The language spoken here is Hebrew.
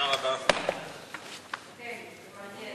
--- ההצעה להעביר את הנושא לוועדת הפנים והגנת הסביבה נתקבלה.